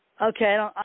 Okay